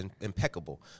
impeccable